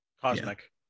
Cosmic